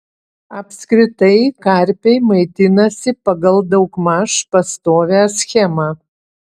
apskritai karpiai maitinasi pagal daugmaž pastovią schemą